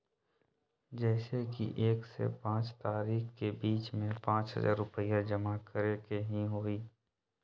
जैसे कि एक से पाँच तारीक के बीज में पाँच हजार रुपया जमा करेके ही हैई?